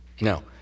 No